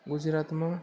ગુજરાતમાં